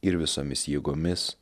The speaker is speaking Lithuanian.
ir visomis jėgomis